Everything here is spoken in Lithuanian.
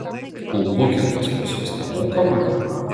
o bukingas pas jus nemokamai